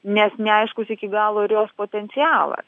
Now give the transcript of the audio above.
nes neaiškus iki galo ir jos potencialas